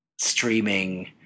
streaming